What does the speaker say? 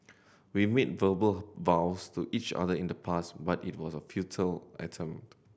we made verbal vows to each other in the past but it was a futile attempt